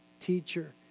teacher